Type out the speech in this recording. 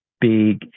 big